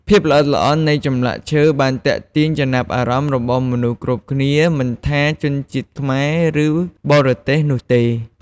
ភាពល្អិតល្អន់នៃចម្លាក់ឈើបានទាក់ទាញអារម្មណ៍របស់មនុស្សគ្រប់គ្នា មិនថាជនជាតិខ្មែរ ឬបរទេសនោះទេ។